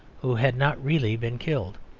who had not really been killed.